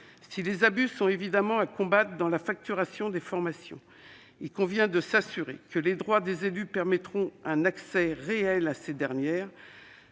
Si les abus sont évidemment à combattre dans la facturation des formations, il convient de s'assurer que les droits des élus permettront un accès réel à ces dernières.